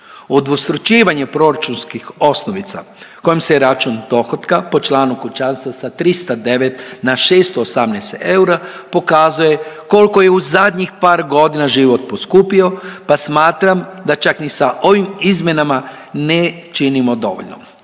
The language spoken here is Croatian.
Udvostručivanje proračunskih osnovica kojim se račun dohotka po članu kućanstva sa 309 na 618 eura pokazuje koliko je u zadnjih par godina život poskupio pa smatram da čak ni sa ovim izmjenama ne činimo dovoljno.